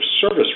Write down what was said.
service